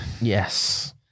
Yes